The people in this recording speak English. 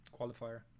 qualifier